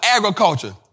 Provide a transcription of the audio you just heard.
Agriculture